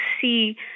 see